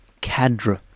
cadre